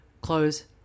close